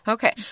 Okay